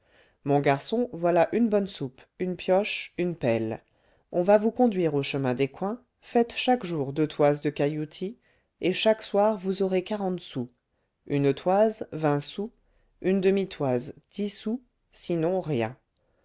mon garçon voilà une bonne soupe une pioche une pelle on va vous conduire au chemin d'écouen faites chaque jour deux toises de cailloutis et chaque soir vous aurez quarante sous une toise vingt sous une demi toise dix sous sinon rien